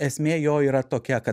esmė jo yra tokia kad